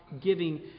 giving